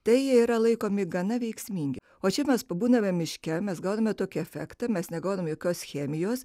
tai yra laikomi gana veiksmingi o čia mes pabūname miške mes gauname tokį efektą mes negauname jokios chemijos